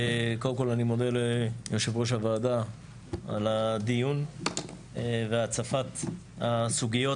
קודם כל אני מודה ליושב-ראש הוועדה על הדיון והצפת הסוגיות.